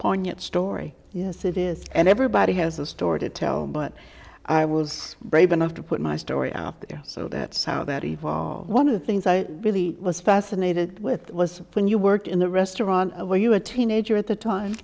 poignant story yes it is and everybody has a story to tell but i was brave enough to put my story out there so that's how that evolved one of the things i really i was fascinated with was when you worked in the restaurant where you a teenager at the time